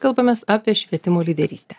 kalbamės apie švietimo lyderystę